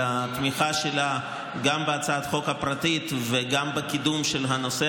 התמיכה שלה גם בהצעת החוק הפרטית וגם בקידום הנושא